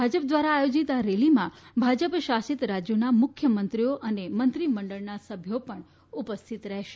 ભાજપ દ્વારા આયોજિત આ રેલીમાં ભાજપ શાસિત રાજ્યોના મુખ્યમંત્રીઓ અને મંત્રીમંડળના સભ્યો પણ ઉપસ્થિત રહેશે